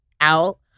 out